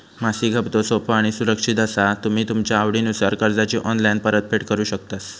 मासिक हप्तो सोपो आणि सुरक्षित असा तुम्ही तुमच्या आवडीनुसार कर्जाची ऑनलाईन परतफेड करु शकतास